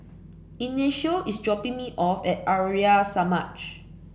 Ignacio is dropping me off at Arya Samaj